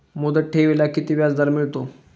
मुदत ठेवीला किती व्याजदर मिळतो?